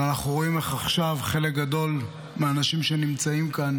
ואנחנו רואים איך עכשיו חלק גדול מהאנשים שנמצאים כאן